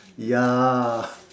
ya